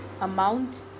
amount